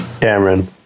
Cameron